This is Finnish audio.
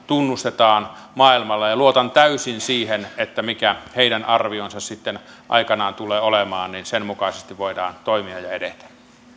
tunnustetaan maailmalla ja luotan täysin siihen mikä heidän arvionsa sitten aikanaan tulee olemaan ja sen mukaisesti voidaan toimia ja edetä